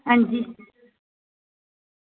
हां जी